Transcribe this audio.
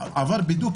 עבר בידוק